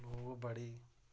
ओह् बड़ी